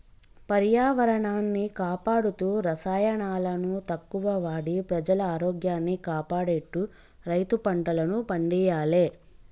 పర్యావరణాన్ని కాపాడుతూ రసాయనాలను తక్కువ వాడి ప్రజల ఆరోగ్యాన్ని కాపాడేట్టు రైతు పంటలను పండియ్యాలే